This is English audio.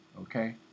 Okay